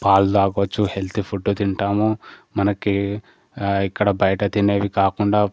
పాలు తాగవచ్చు healthy food తింటాము మనకి ఇక్కడ బయట తినేవి కాకుండా